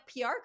PR